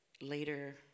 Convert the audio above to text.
later